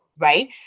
right